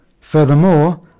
Furthermore